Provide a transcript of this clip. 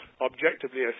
objectively